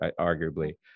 arguably